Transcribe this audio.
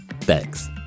Thanks